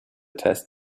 test